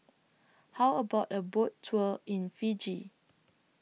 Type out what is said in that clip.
How about A Boat Tour in Fiji